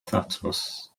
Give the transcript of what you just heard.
thatws